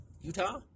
Utah